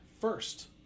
first